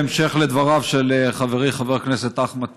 בהמשך לדבריו של חברי חבר הכנסת אחמד